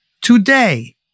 today